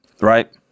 right